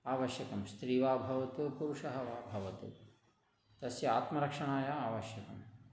आवश्यकं स्त्री वा भवतु पुरुषः वा भवतु तस्य आत्मरक्षणाय आवश्यकम्